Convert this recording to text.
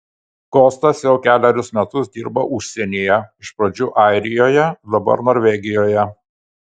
kostas jau kelerius metus dirba užsienyje iš pradžių airijoje dabar norvegijoje